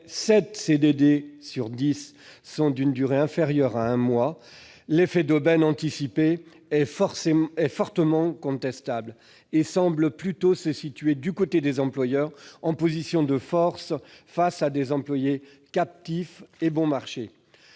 CDD sur dix sont d'une durée inférieure à un mois, l'effet d'aubaine anticipé est fortement contestable. Il semble plutôt se situer du côté des employeurs, lesquels sont en position de force face à des employés captifs et bon marché.